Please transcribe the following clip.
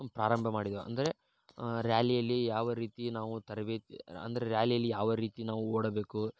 ಪ್ರಾರಂಭ ಮಾಡಿದೆವು ಅಂದರೆ ರ್ಯಾಲಿಯಲ್ಲಿ ಯಾವ ರೀತಿ ನಾವು ತರಬೇತಿ ಅಂದರೆ ರ್ಯಾಲಿಯಲ್ಲಿ ಯಾವ ರೀತಿ ನಾವು ಓಡಬೇಕು